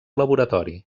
laboratori